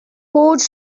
porch